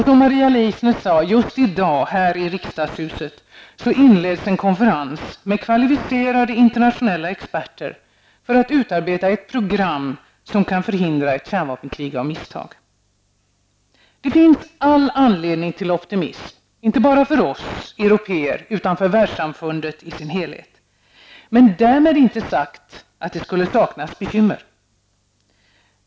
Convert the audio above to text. Som Maria Leissner sade inleds just i dag här i riksdagshuset en konferens med kvalificerade internationella experter för att utarbeta ett program som kan förhindra ett kärnvapenkrig av misstag. Det finns all anledning till optimism inte bara för oss européer utan för Världssamfundet i dess helhet. Därmed inte sagt att det skulle saknas bekymmer.